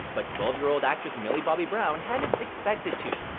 but twelve year old actress, millie bobby brown hadn't expected to.